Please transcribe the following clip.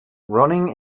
running